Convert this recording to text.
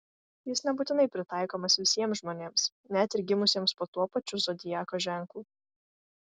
jis nebūtinai pritaikomas visiems žmonėms net ir gimusiems po tuo pačiu zodiako ženklu